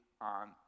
on